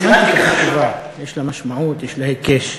סמנטיקה חשובה, יש לה משמעות, יש לה היקש.